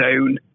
own